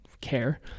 care